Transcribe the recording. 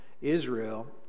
Israel